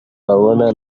babona